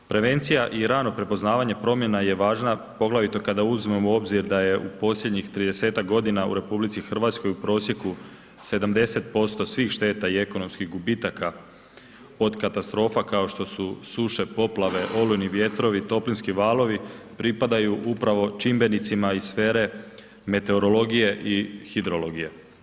Prevencija i rano prepoznavanje promjena je važna poglavito kada uzmemo u obzir da je u posljednjih 30-tak godina u RH u prosjeku 70% svih šteta i ekonomskih gubitaka od katastrofa kao što su suše, poplave, olujni vjetrovi, toplinski valovi, pripadaju upravo čimbenicima iz sfere meteorologije i hidrologije.